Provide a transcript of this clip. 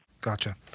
Gotcha